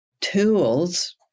tools